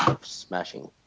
smashing